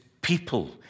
people